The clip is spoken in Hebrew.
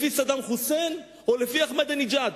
לפי סדאם חוסיין, או לפי אחמדינג'אד.